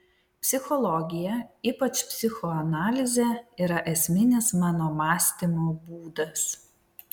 psichologija ypač psichoanalizė yra esminis mano mąstymo būdas